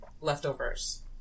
leftovers